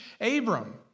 Abram